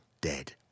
dead